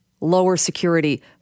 lower-security